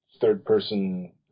third-person